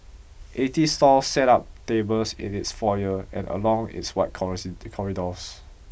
eighty stalls set up tables in its foyer and along its wide corridors